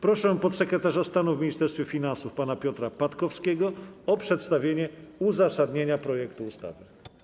Proszę podsekretarza stanu w Ministerstwie Finansów pana Piotra Patkowskiego o przedstawienie uzasadnienia projektu ustawy.